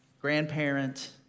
grandparent